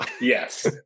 Yes